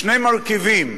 שני מרכיבים: